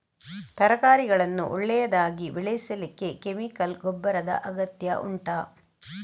ತರಕಾರಿಗಳನ್ನು ಒಳ್ಳೆಯದಾಗಿ ಬೆಳೆಸಲಿಕ್ಕೆ ಕೆಮಿಕಲ್ ಗೊಬ್ಬರದ ಅಗತ್ಯ ಉಂಟಾ